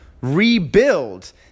rebuild